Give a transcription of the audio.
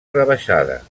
rebaixada